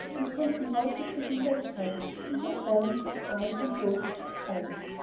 and katy wanted to do ned credit, and look well in his eyes and those of his friends.